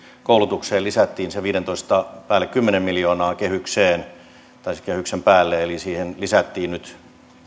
koulutukseen lisättiin viidentoista päälle kymmenen miljoonaa kehykseen tai sen kehyksen päälle eli siihen lisättiin nyt